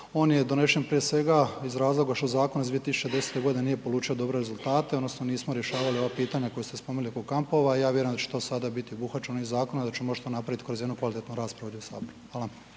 On je donesen prije svega iz razloga što zakon iz 2010. godine nije polučio dobre rezultate odnosno nismo rješavali ova pitanja koja ste spomenuli oko kampova i ja vjerujem da će to biti ovim zakonom i da ćemo to moći napraviti kroz jednu kvalitetnu raspravu ovdje u Saboru.